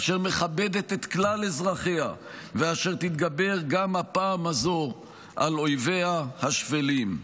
אשר מכבדת את כלל אזרחיה ואשר תתגבר גם הפעם הזאת על אויביה השפלים.